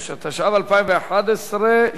התשע"ב 2012,